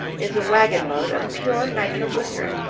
is a wagon-load of pure nitroglycerin,